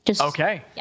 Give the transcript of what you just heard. Okay